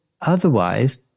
otherwise